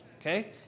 Okay